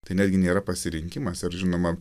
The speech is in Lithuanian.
tai netgi nėra pasirinkimas ir žinoma